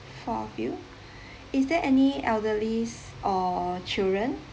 four of you is there any elderlies or children